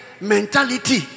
mentality